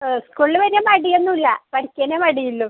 സ്കൂളിൽ വരാൻ മടിയൊന്നും ഇല്ല പഠിക്കാനേ മടി ഉള്ളൂ